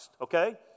okay